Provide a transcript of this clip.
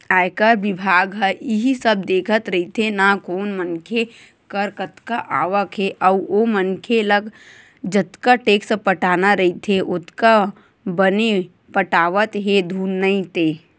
आयकर बिभाग ह इही सब देखत रहिथे ना कोन मनखे कर कतका आवक हे अउ ओ मनखे ल जतका टेक्स पटाना रहिथे ओतका बने पटावत हे धुन नइ ते